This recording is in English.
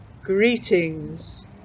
Greetings